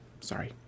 Sorry